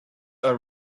are